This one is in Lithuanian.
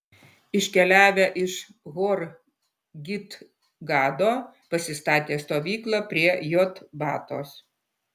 iškeliavę iš hor gidgado pasistatė stovyklą prie jotbatos